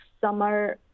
summer